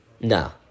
No